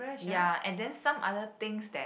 ya and then some other things that